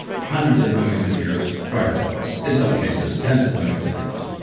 hundreds of millions of years prior to us in some cases, tens of millions of years